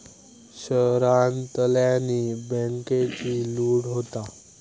शहरांतल्यानी बॅन्केची लूट होता